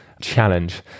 challenge